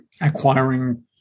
acquiring